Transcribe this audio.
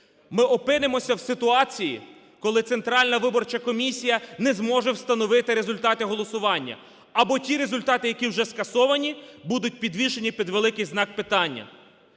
Ми опинимося в ситуації, коли Центральна виборча комісія не зможе встановити результати голосування, або ті результати, які вже скасовані, будуть підвішені під великий знак питання.